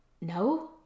no